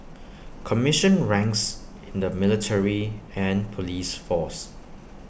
commissioned ranks in the military and Police force